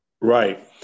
right